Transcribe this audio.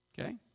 Okay